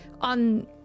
on